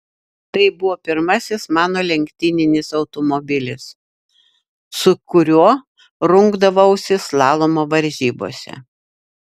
tai buvo pirmasis mano lenktyninis automobilis su kuriuo rungdavausi slalomo varžybose